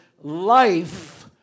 life